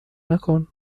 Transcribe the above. نکن